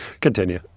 Continue